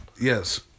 Yes